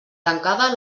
tancada